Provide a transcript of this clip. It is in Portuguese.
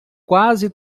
quase